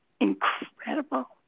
incredible